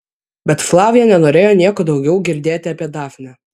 bet flavija nenorėjo nieko daugiau girdėti apie dafnę